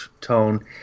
tone